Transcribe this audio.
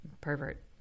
pervert